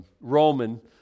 Roman